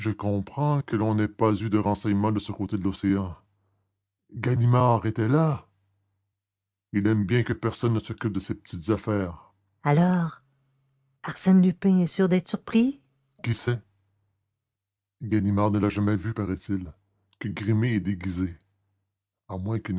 comprends que l'on n'ait pas eu de renseignements de ce côté de l'océan ganimard était là et il aime bien que personne ne s'occupe de ses petites affaires alors arsène lupin est sûr d'être pris qui sait ganimard ne l'a jamais vu paraît-il que grimé et déguisé à moins qu'il